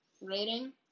rating